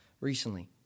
recently